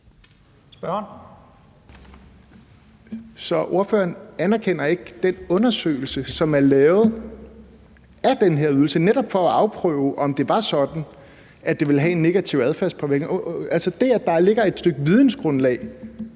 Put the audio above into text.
Så ordføreren anerkender ikke den undersøgelse, som er lavet af den her ydelse netop for at afprøve, om det var sådan, at det ville have en negativ adfærdspåvirkning? Altså det, at der ligger et stykke vidensgrundlag,